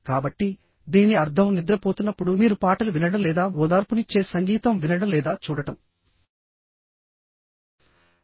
కాబట్టి దీని అర్థం నిద్రపోతున్నప్పుడు మీరు పాటలు వినడం లేదా ఓదార్పునిచ్చే సంగీతం వినడం లేదా చూడటం